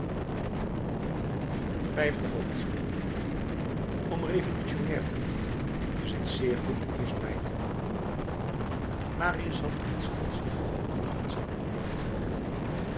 vijfde hoofdstuk om revolutionair te worden is t zeer goed de mis bij te wonen marius had de godsdienstige gewoonten zijner jeugd behouden